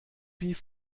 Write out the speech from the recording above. wie